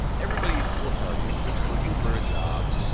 everybody will tell you if you're looking for a job,